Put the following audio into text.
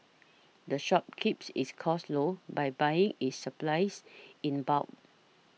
the shop keeps its costs low by buying its supplies in bulk